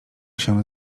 się